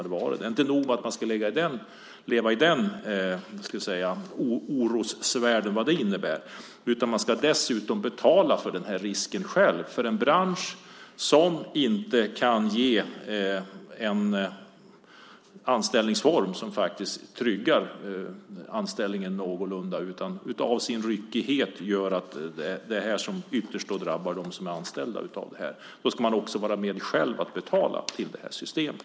Det är inte nog med att de ska leva med den oron, utan de ska dessutom betala för den här risken själva. Det handlar om en bransch som inte kan ge en anställningsform som någorlunda tryggar anställningen. Ryckigheten gör att det här ytterst drabbar dem som är anställda. De ska också vara med själva och betala till det här systemet.